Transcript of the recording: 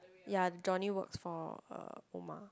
ya Johnny works for Omar